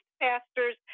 pastors